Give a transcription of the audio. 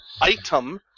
item